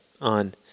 on